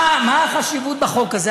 מה החשיבות של החוק הזה?